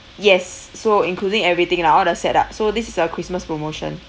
yes so including everything lah all the set up so this is a christmas promotion